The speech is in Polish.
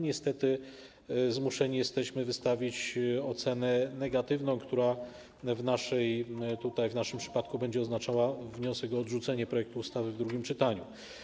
Niestety zmuszeni jesteśmy wystawić ocenę negatywną, która w naszym przypadku będzie oznaczała wniosek o odrzucenie projektu ustawy w drugim czytaniu.